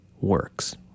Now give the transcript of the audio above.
works